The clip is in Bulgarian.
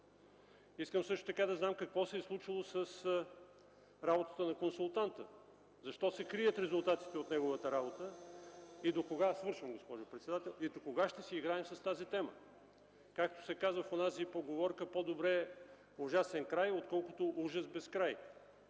Искам също така да знам какво се е случило с работата на консултанта? Защо се крият резултатите от неговата работа и докога ще си играем с тази тема? Както се казва в онази поговорка, „по-добре ужасен край, отколкото ужас без край”.